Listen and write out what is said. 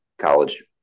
college